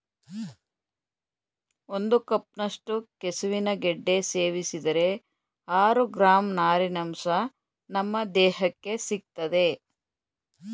ಒಂದು ಕಪ್ನಷ್ಟು ಕೆಸುವಿನ ಗೆಡ್ಡೆ ಸೇವಿಸಿದರೆ ಆರು ಗ್ರಾಂ ನಾರಿನಂಶ ನಮ್ ದೇಹಕ್ಕೆ ಸಿಗ್ತದೆ